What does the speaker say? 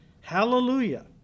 hallelujah